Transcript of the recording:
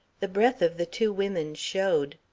the breath of the two women showed.